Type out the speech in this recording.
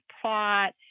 plot